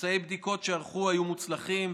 מבצעי בדיקות שערכו היו מוצלחים,